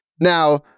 Now